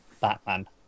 Batman